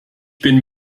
bin